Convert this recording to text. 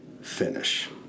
finish